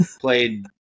played